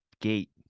gate